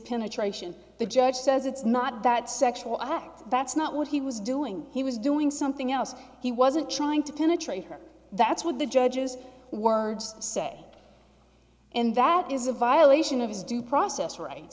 penetration the judge says it's not that sexual act that's not what he was doing he was doing something else he wasn't trying to penetrate her that's what the judges words say and that is a violation of his due process right